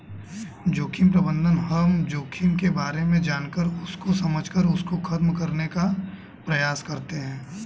जोखिम प्रबंधन हम जोखिम के बारे में जानकर उसको समझकर उसको खत्म करने का प्रयास करते हैं